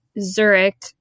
Zurich